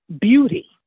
beauty